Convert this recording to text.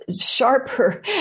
sharper